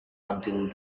until